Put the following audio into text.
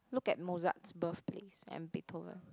look at Mozart's birth place and Beethoven